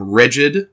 rigid